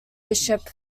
bishop